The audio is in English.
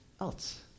else